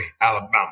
Alabama